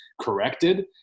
corrected